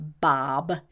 Bob